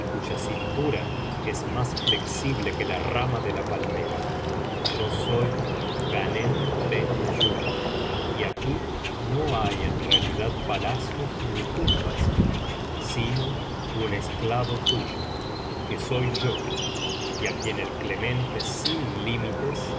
cuya cintura es más flexible que la rama de la palmera yo soy ghanem ben ayub y aquí no hay en realidad palacios ni tumbas sino un esclavo tuyo que soy yo y á quien el clemente sin límites